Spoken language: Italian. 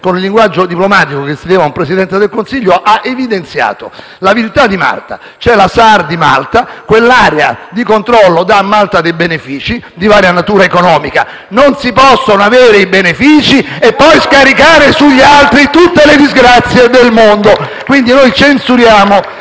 con il linguaggio diplomatico che si deve a un Presidente del Consiglio, ha evidenziato la viltà di Malta. C'è la SAR di Malta; quell'area di controllo dà alla stessa Malta dei benefici di varia natura economica. Ebbene, non si possono avere i benefici e poi scaricare sugli altri tutte le disgrazie del mondo! *(Applausi dal Gruppo*